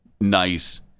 nice